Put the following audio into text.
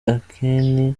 anketi